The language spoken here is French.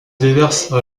déverse